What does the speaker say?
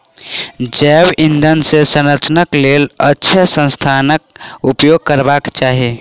जैव ईंधन के संरक्षणक लेल अक्षय संसाधनाक उपयोग करबाक चाही